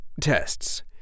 Tests